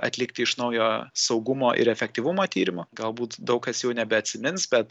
atlikti iš naujo saugumo ir efektyvumo tyrimo galbūt daug kas jau nebeatsimins bet